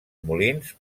molins